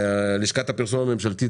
לשכת הפרסום הממשלתית